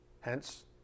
Hence